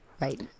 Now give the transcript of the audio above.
Right